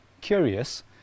curious